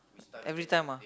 every time ah